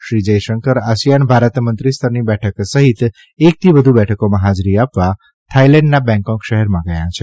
Shri Jaishankar ASEAN Bharat મંત્રી સ્તરની બેઠક સહિત એકથી વધુ બેઠકોમાં હાજરી આપવા થાઈલેન્ડના બેંગકોક શહેરમાં ગયા છે